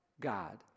God